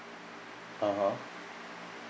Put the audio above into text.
(uh huh)